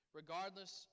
regardless